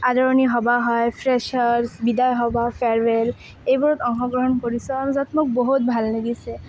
আদৰণি সভা হয় ফ্ৰেচাৰ্ছ বিদায় সভা ফেয়াৰৱেল এইবোৰত অংশগ্ৰহণ কৰিছোঁ আৰু য'ত মোৰ বহুত ভাল লাগিছে